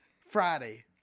Friday